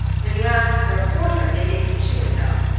when you ask for a porter they give you chewing-gum.